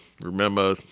Remember